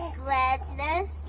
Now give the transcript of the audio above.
gladness